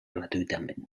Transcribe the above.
gratuïtament